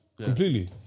completely